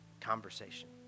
conversation